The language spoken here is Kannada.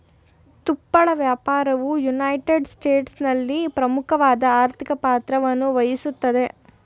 ತುಪ್ಪಳ ವ್ಯಾಪಾರವು ಯುನೈಟೆಡ್ ಸ್ಟೇಟ್ಸ್ನಲ್ಲಿ ಪ್ರಮುಖವಾದ ಆರ್ಥಿಕ ಪಾತ್ರವನ್ನುವಹಿಸ್ತದೆ